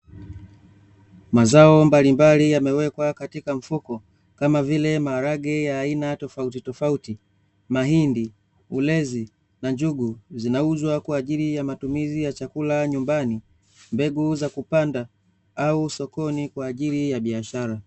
Mazao mbalimbali yamewekwa katika mfuko kama vile maharage ya aina tofautitofauti, mahindi, ulezi na njugu, zinauzwa kwa ajili ya matumizi ya chakula nyumbani, mbegu za kupanda, au sokoni kwa ajili ya biashara.